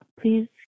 Please